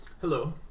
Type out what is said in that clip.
hello